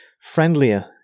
friendlier